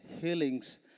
healings